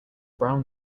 brown